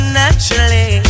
naturally